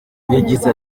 yagize